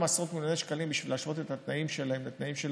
עשרות מיליוני שקלים בשביל להשוות את התנאים שלהם לתנאים של